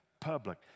public